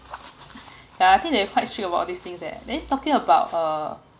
yeah I think they quite strict about these things there then talking about uh